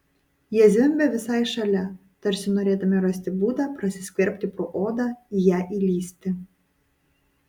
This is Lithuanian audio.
jie zvimbė visai šalia tarsi norėdami rasti būdą prasiskverbti pro odą į ją įlįsti